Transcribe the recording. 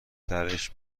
درش